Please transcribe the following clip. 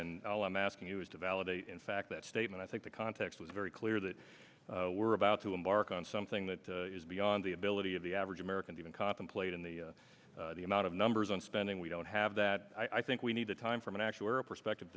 and all i'm asking you is to validate in fact that statement i think the context was very clear that we're about to embark on something that is beyond the ability of the average american even contemplate in the amount of numbers on spending we don't have that i think we need to time from an actuarial perspective